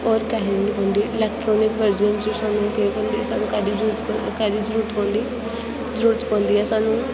और केहै दी निं पौंदी इलैक्ट्रनिक बर्जन च सानूं केह् करना होंदा सानूं केह्दी जरूरत पौंदी जरूरत पौंदी ऐ सानूं